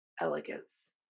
elegance